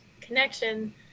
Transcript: connection